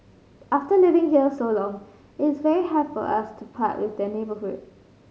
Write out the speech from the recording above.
after living here so long it is very hard for us to part with the neighbourhood